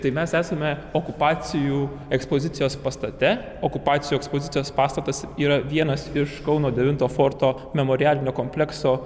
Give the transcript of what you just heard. tai mes esame okupacijų ekspozicijos pastate okupacijų ekspozicijos pastatas yra vienas iš kauno devinto forto memorialinio komplekso